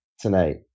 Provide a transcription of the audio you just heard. tonight